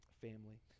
family